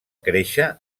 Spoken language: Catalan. créixer